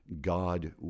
God